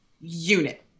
unit